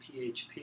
PHP